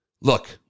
Look